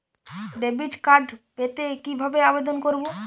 Debit card পেতে কি ভাবে আবেদন করব?